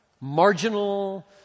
marginal